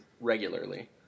regularly